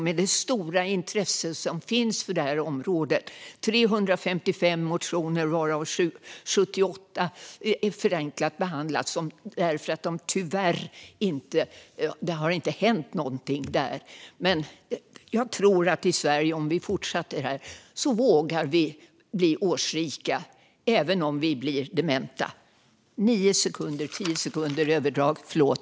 Med det stora intresse som finns för det här området - 355 motioner, varav 78 behandlas förenklat för att det tyvärr inte har hänt något i de frågorna - tror jag att vi i Sverige vågar bli årsrika även om vi blir dementa. Nu blev det nio tio sekunders överdrag. Förlåt!